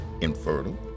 infertile